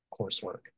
coursework